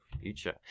future